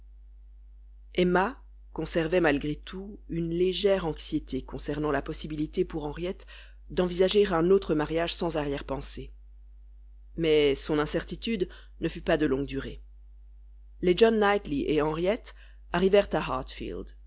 emma conservait malgré tout une légère anxiété concernant la possibilité pour henriette d'envisager un autre mariage sans arrière-pensée mais son incertitude ne fut pas de longue durée les john knightley et henriette arrivèrent à